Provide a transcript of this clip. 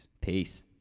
Peace